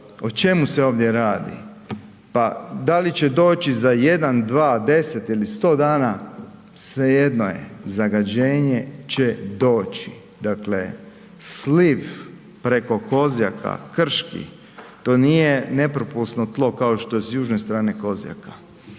o čemu se ovdje radi? Pa da li će doći za 1, 2, 10 ili 100 dana, svejedno je. Zagađenje će doći. Dakle, sliv preko Kozjaka, krški, to nije nepropusno tlo kao što je s južne strane Kozjaka,